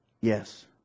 yes